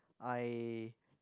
I